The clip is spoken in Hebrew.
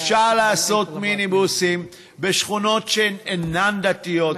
אפשר לעשות מיניבוסים בשכונות שהן אינן דתיות,